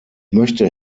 möchte